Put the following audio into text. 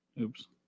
Oops